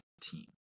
team